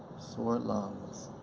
sore lungs,